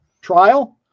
trial